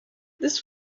this